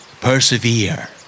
Persevere